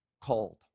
Called